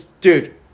Dude